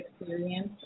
experience